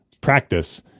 practice